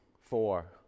four